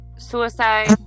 Suicide